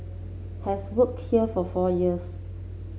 has work here for four years